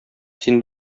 син